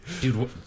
Dude